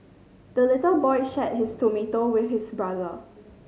the little boy shared his tomato with his brother